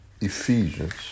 Ephesians